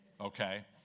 okay